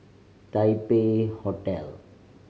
Taipei Hotel